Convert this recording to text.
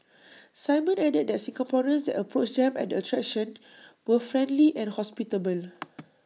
simon added that Singaporeans that approached them at attraction were friendly and hospitable